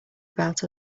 about